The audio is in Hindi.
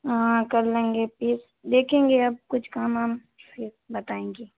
हाँ कर लेंगे फिर देखेंगे अब कुछ काम वाम फिर बताएंगे